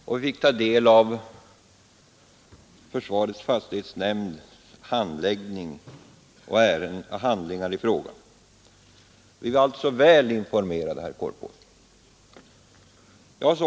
Likaså fick vi ta del av försvarets fastighetsnämnds handläggning av ärendet och alla handlingar i frågan. Vi var alltså väl informerade, herr Korpås.